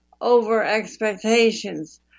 over-expectations